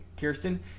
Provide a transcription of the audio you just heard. Kirsten